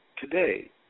today